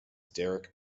derek